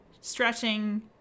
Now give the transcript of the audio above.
stretching